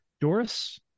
Doris